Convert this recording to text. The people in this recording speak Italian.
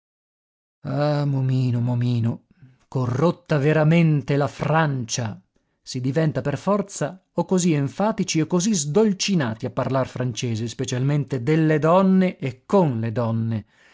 ah momino momino corrotta veramente la francia si diventa per forza o così enfatici o così sdolcinati a parlar francese specialmente delle donne e con le donne